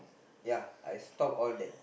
ya I stopped all that